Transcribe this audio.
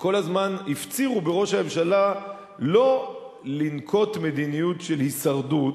שכל הזמן הפצירו בראש הממשלה לא לנקוט מדיניות של הישרדות,